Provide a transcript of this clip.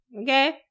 okay